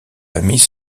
famille